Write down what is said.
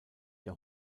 der